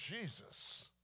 Jesus